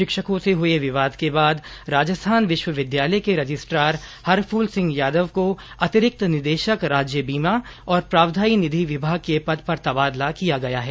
शिक्षकों से हुए विवाद के बाद राजस्थान विश्वविद्यालय के रजिस्ट्रार हरफूल सिंह यादव को अतिरिक्त निदेशक राज्य बीमा और प्रावधायी निधि विभाग के पद पर तबादला किया गया है